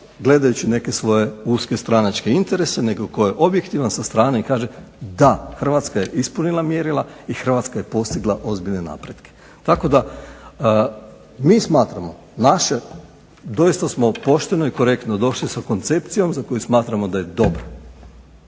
gledajući neke svoje uske stranačke interese nego tko je objektivan sa strane i kaže da, Hrvatska je ispunila mjerila i Hrvatska je postigla ozbiljne napretke. Tako da mi smatramo, doista smo pošteno i korektno došli sa koncepcijom za koju smatramo da je dobra.